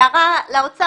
הערה לאוצר.